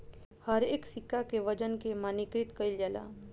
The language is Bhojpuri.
हरेक सिक्का के वजन के मानकीकृत कईल जाला